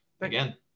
again